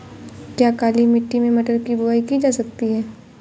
क्या काली मिट्टी में मटर की बुआई की जा सकती है?